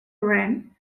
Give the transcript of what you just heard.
wren